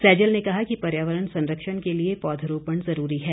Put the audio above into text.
सैजल ने कहा कि पर्यावरण संरक्षण के लिए पौधरोपण जरूरी है